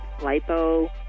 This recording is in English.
lipo